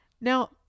Now